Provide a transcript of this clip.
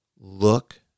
Look